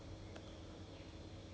oh